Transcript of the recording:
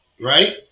Right